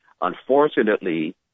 Unfortunately